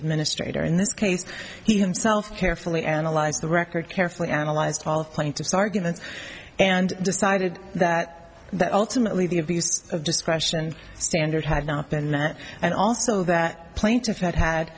administrator in this case he himself carefully analyzed the record carefully analyzed plaintiff's argument and decided that that ultimately the abuse of discretion standard had not been met and also that plaintiff had had